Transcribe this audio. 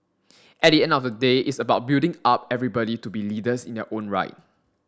at the end of the day it's about building up everybody to be leaders in their own right